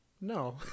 No